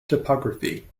topography